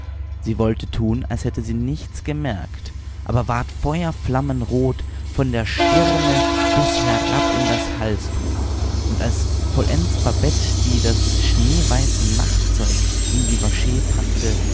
sie wollte tun als hätte sie nichts gemerkt aber ward feuerflammrot von der stirne bis herab in das halstuch und als vollends babette die das schneeweiße nachtzeug in die vache packte